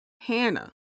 Hannah